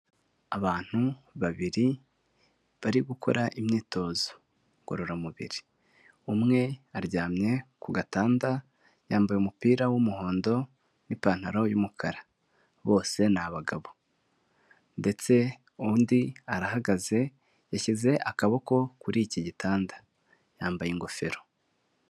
Abantu babiri bari gukora imyitozo ngororamubiri, umwe aryamye ku gatanda yambaye umupira w'umuhondo n'ipantaro y'umukara bose ni abagabo ndetse undi arahagaze yashyize akaboko kuri iki gitanda yambaye ingofero.